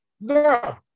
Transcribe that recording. No